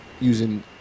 using